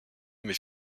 mais